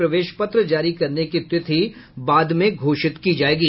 प्रवेश पत्र जारी करने की तिथि बाद में घोषित की जायेगी